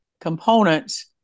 components